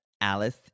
alice